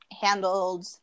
handled